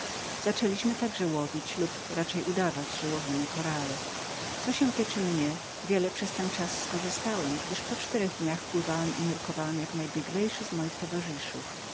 zaczęliśmy także łowić lub raczej udawać że łowimy korale co się tyczy mnie wiele przez ten czas skorzystałem gdyż w przeciągu czterech dni pływałem i nurkowałem jak najbieglejszy z moich towarzyszów